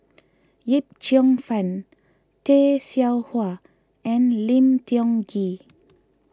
Yip Cheong Fun Tay Seow Huah and Lim Tiong Ghee